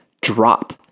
drop